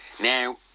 Now